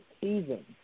season